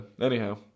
anyhow